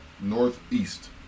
northeast